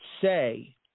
say